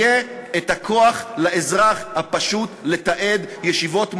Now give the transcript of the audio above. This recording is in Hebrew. יהיה הכוח לאזרח הפשוט לתעד ישיבות מועצה,